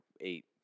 eight